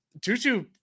Tutu